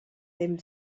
ddim